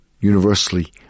universally